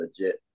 legit